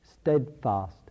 steadfast